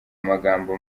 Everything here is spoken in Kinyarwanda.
amagambo